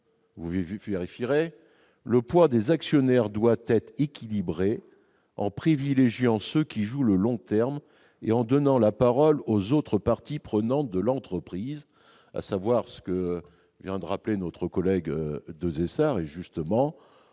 :«[...] le poids des actionnaires doit être équilibré, en privilégiant ceux qui jouent le long terme et en donnant la parole aux autres parties prenantes de l'entreprise. » C'est ce que vient de rappeler notre collègue Jean Desessard.